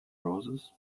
roses